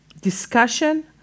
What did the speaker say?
discussion